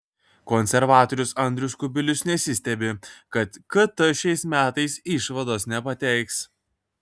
konservatorius andrius kubilius nesistebi kad kt šiais metais išvados nepateiks